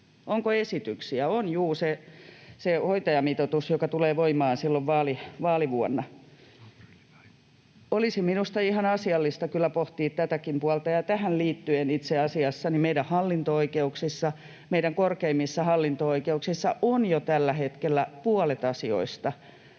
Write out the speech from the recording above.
Onko esityksiä? Juu, on se hoitajamitoitus, joka tulee voimaan silloin vaalivuonna. Olisi minusta ihan asiallista kyllä pohtia tätäkin puolta. Tähän liittyen itse asiassa meidän hallinto-oikeuksissa ja meidän korkeimmassa